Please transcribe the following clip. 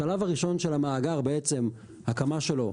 השלב הראשון של המאגר בעצם, הקמה שלו,